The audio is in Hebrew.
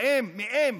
מהם